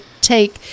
take